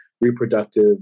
reproductive